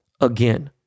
again